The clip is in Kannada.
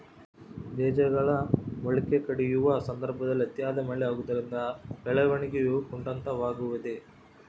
ಬೇಜಗಳು ಮೊಳಕೆಯೊಡೆಯುವ ಸಂದರ್ಭದಲ್ಲಿ ಅತಿಯಾದ ಮಳೆ ಆಗುವುದರಿಂದ ಬೆಳವಣಿಗೆಯು ಕುಂಠಿತವಾಗುವುದೆ?